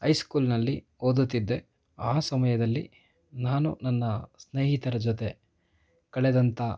I ಸ್ಕೂಲಿನಲ್ಲಿ ಓದುತ್ತಿದ್ದೆ ಆ ಸಮಯದಲ್ಲಿ ನಾನು ನನ್ನ ಸ್ನೇಹಿತರ ಜೊತೆ ಕಳೆದಂಥ